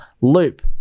loop